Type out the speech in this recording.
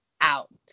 out